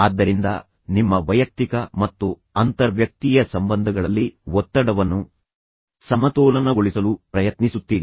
ಆದ್ದರಿಂದ ಆ ರೀತಿಯಲ್ಲಿ ನೀವು ನಿಮ್ಮ ವೈಯಕ್ತಿಕ ಮತ್ತು ಅಂತರ್ವ್ಯಕ್ತೀಯ ಸಂಬಂಧಗಳಲ್ಲಿ ಒತ್ತಡವನ್ನು ಸಮತೋಲನಗೊಳಿಸಲು ಪ್ರಯತ್ನಿಸುತ್ತೀರಿ